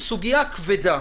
זו סוגיה כבדה.